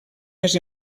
més